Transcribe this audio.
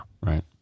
Right